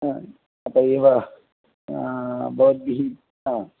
अत एव भवद्भिः हा